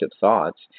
thoughts